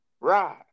Right